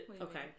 Okay